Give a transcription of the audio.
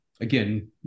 again